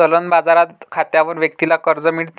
चलन बाजार खात्यावर व्यक्तीला कर्ज मिळते